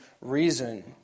reason